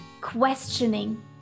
questioning